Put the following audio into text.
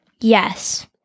yes